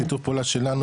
בשיתוף פעולה שלנו,